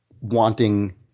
wanting